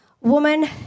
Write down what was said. woman